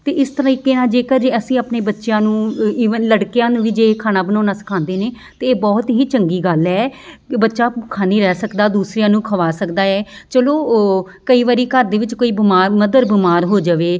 ਅਤੇ ਇਸ ਤਰੀਕੇ ਨਾਲ ਜੇਕਰ ਅਸੀਂ ਆਪਣੇ ਬੱਚਿਆਂ ਨੂੰ ਅ ਈਵਨ ਲੜਕਿਆਂ ਨੂੰ ਵੀ ਜੇ ਖਾਣਾ ਬਣਾਉਣਾ ਸਿਖਾਉਂਦੇ ਨੇ ਤਾਂ ਇਹ ਬਹੁਤ ਹੀ ਚੰਗੀ ਗੱਲ ਹੈ ਕਿ ਬੱਚਾ ਭੁੱਖਾ ਨਹੀਂ ਰਹਿ ਸਕਦਾ ਦੂਸਰਿਆਂ ਨੂੰ ਖਿਲਾ ਸਕਦਾ ਹੈ ਚਲੋ ਓ ਕਈ ਵਾਰੀ ਘਰ ਦੇ ਵਿੱਚ ਕੋਈ ਬਿਮਾਰ ਮਦਰ ਬਿਮਾਰ ਹੋ ਜਾਵੇ